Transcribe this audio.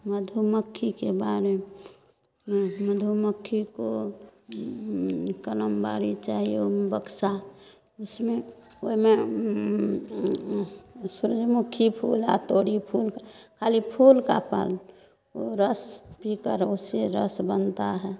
मधुमक्खीके बारेमे मधुमक्खी को कलम बाड़ी चाही ओहिमे बक्सा उसमे ओहिमे सूरजमुखी फूल आ तोरी फूल खाली फूल का पा रस पीकर उससे रस बनता है